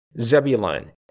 Zebulun